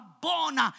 born